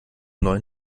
neuen